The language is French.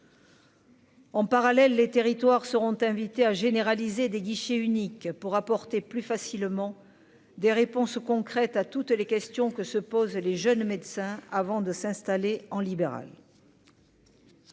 En parallèle, les territoires seront invités à généraliser des guichets uniques pour apporter plus facilement des réponses concrètes à toutes les questions que se posent les jeunes médecins avant de s'installer en libéral.